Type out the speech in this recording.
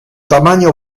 tamaño